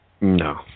No